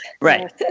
Right